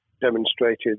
demonstrated